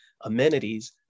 amenities